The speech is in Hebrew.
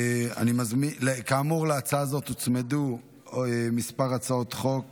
כאמור, להצעה הזאת הוצמדו כמה הצעות חוק